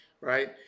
right